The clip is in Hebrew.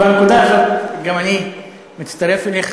בנקודה הזאת גם אני מצטרף אליך,